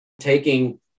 taking